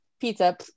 pizza